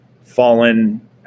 fallen